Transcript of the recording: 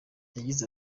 yagize